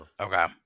Okay